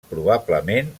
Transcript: probablement